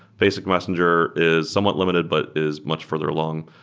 basic messenger is somewhat limited but is much further along.